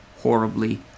horribly